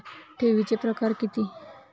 ठेवीचे प्रकार किती?